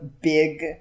big